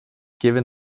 given